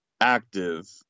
active